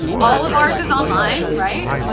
all of ours is online, right?